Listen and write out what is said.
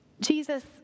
Jesus